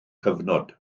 cyfnod